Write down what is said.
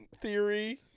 theory